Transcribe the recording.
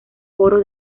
oro